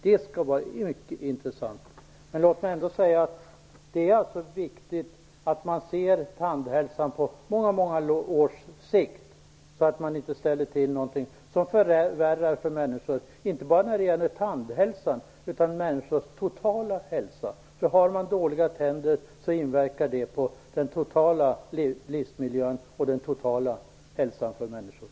Det skall bli mycket intressant att se. Det är viktigt att vi ser tandhälsan på många års sikt, så att vi inte ställer till med något som förvärrar för människor när det gäller inte bara tandhälsan utan människors hälsa totalt sett. Har man dåliga tänder inverkar det på den totala livsmiljön och hälsan totalt sett.